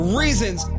reasons